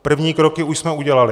První kroky už jsme udělali.